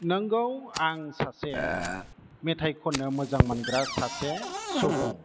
नोंगौ आं सासे मेथाइ खन्नो मोजां मोनग्रा सासे सुबुं